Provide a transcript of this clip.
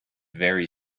very